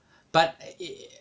but it